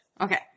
Okay